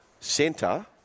centre